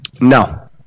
No